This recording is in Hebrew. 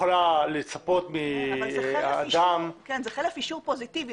אבל זה חלף אישור פוזיטיבי.